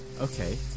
Okay